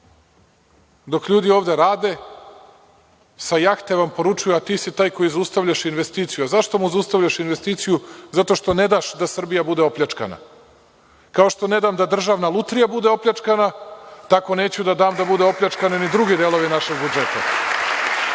ljudi ovde rade, sa jahte vam poručuju – a, ti si taj koji zaustavljaš investiciju. Zašto mu zaustavljaš investiciju? Zato što ne daš da Srbija bude opljačkana. Kao što ne dam da Državna lutrija bude opljačkana, tako neću da dam da budu opljačkani ni drugi delovi našeg budžeta,